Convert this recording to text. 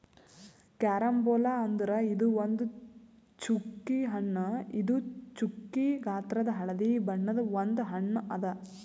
carambola ಅಂದುರ್ ಇದು ಒಂದ್ ಚ್ಚುಕಿ ಹಣ್ಣು ಇವು ಚ್ಚುಕಿ ಗಾತ್ರದಾಗ್ ಹಳದಿ ಬಣ್ಣದ ಒಂದ್ ಹಣ್ಣು ಅದಾ